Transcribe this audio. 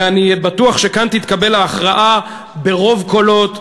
ואני בטוח שכאן תתקבל ההכרעה ברוב קולות,